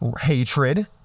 Hatred